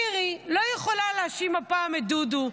מירי לא יכולה להאשים הפעם את דודו,